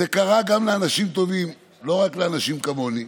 זה קרה גם לאנשים טובים, לא רק לאנשים כמוני.